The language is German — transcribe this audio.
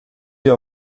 hier